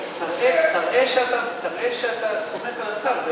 תראה שאתה סומך על השר,